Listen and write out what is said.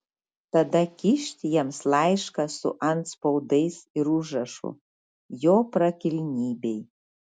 tada kyšt jiems laišką su antspaudais ir užrašu jo prakilnybei